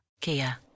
Kia